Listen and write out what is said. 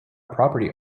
property